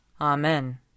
Amen